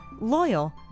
loyal